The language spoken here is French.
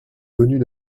connue